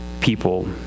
people